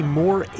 more